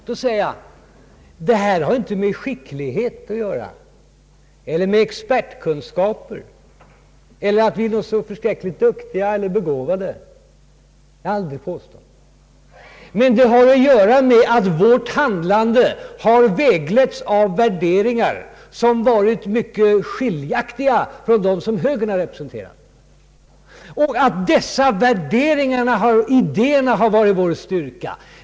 Då säger jag: Detta har inte med skicklighet att göra eller med expertkunskaper eller att vi är så särskilt duktiga eller begåvade. Det har jag aldrig påstått. Men det har att göra med att vårt handlande vägletts av värderingar som varit mycket skiljaktiga från dem som högern har representerat. Dessa idéer har varit vår styrka.